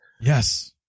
Yes